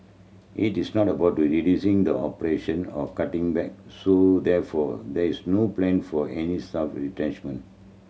it is not about reducing the operation or cutting back so therefore there is no plan for any staff retrenchment